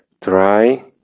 try